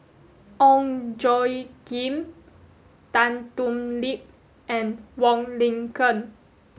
Ong Tjoe Kim Tan Thoon Lip and Wong Lin Ken